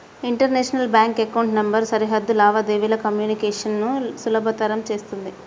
international bank account number సరిహద్దు లావాదేవీల communication ను సులభతరం చేత్తుంది